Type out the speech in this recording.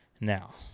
now